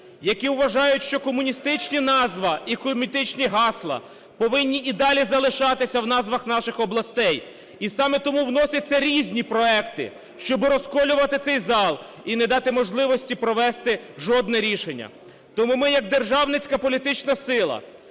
які вважають, що комуністичні назви і комуністичні гасла повинні і далі залишатися в назвах наших областей. І саме тому вносяться різні проекти, щоби розколювати цей зал і не дати можливості провести жодне рішення. Тому ми як державницька політична сила